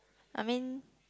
I mean